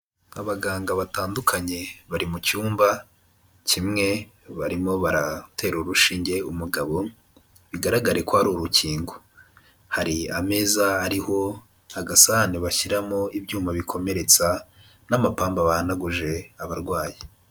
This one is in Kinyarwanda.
Abaganga batandukanye bari mu cyumba kimwe barimo baratera urushinge umugabo bigaragare ko ari urukingo, hari ameza ariho agasahani bashyiramo ibyuma bikomeretsa n'amapamba bahanaguje abarwayi.